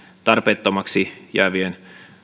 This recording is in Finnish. tarpeettomiksi jäävien